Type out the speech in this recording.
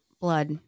Blood